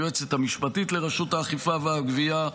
היועצת המשפטית לרשות האכיפה והגבייה,